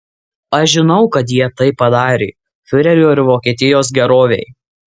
aš žinau kad jie tai padarė fiurerio ir vokietijos gerovei